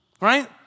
Right